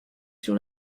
sur